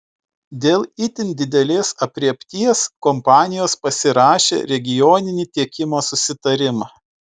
dėl itin didelės aprėpties kompanijos pasirašė regioninį tiekimo susitarimą